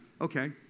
Okay